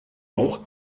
auch